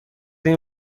این